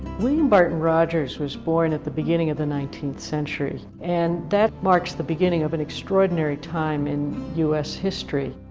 william barton rogers was born at the beginning of the nineteenth century. century. and that marks the beginning of an extraordinary time in us history.